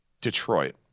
Detroit